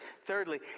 Thirdly